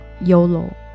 yolo